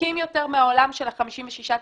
מתנתקים יותר מהעולם של ה-56 תאגידים,